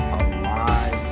alive